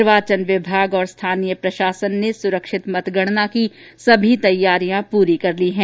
निर्वाचन विभाग और स्थानीय प्रशासन ने सुरक्षित मतगणना की सभी तैयारियां पूरी कर ली है